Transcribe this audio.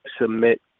submit